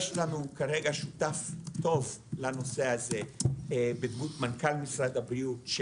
יש לנו כרגע שותף טוב לנושא הזה בדמות מנכ"ל משרד הבריאות,